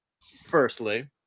firstly